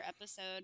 episode